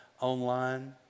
online